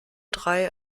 drei